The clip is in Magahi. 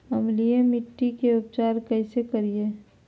अम्लीय मिट्टी के उपचार कैसे करियाय?